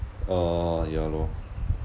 uh ya lor